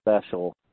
special